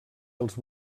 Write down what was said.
els